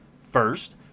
First